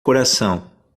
coração